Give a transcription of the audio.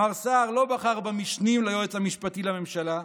מר סער לא בחר במשנים ליועץ המשפטי לממשלה,